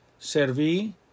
serví